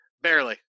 Barely